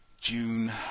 june